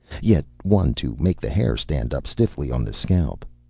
yet one to make the hair stand up stiffly on the scalp.